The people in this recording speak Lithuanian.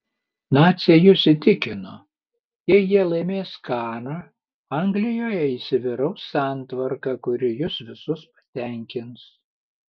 naciai jus įtikino jei jie laimės karą anglijoje įsivyraus santvarka kuri jus visus patenkins